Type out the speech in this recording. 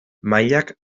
mailak